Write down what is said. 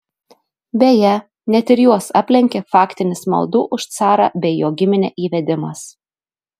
beje net ir juos aplenkė faktinis maldų už carą bei jo giminę įvedimas